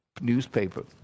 newspaper